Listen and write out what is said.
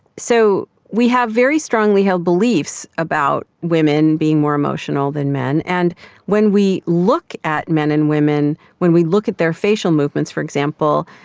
so we have very strongly held beliefs about women being more emotional than men, and when we look at men and women, when we look at their facial movements for example,